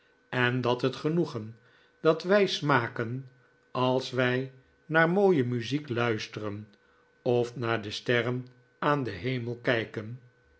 en dat het genoegen dat wij smaken als wij naar mooie muziek luisteren of naar de sterren aan den hemel kijken